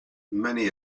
many